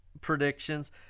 Predictions